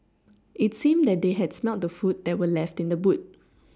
it seemed that they had smelt the food that were left in the boot